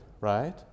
right